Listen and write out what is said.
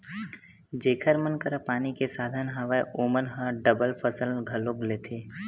जेखर मन करा पानी के साधन हवय ओमन ह डबल फसल घलोक लेथे